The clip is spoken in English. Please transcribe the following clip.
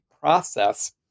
process